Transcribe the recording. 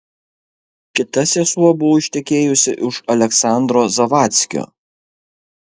kita sesuo buvo ištekėjusi už aleksandro zavadckio